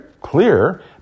clear